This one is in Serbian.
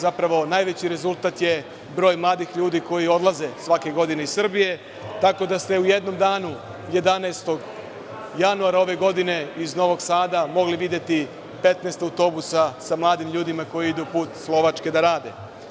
Zapravo, najveći rezultat je broj mladih ljudi koji odlaze svake godine iz Srbije, tako da ste u jednom danu, 11. januara ove godine, iz Novog Sada mogli videti 15 autobusa sa mladim ljudima koji idu put Slovačke da rade.